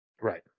Right